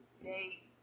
day